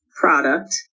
Product